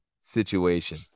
situation